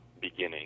beginning